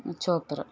chopper